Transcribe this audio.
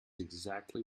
exactly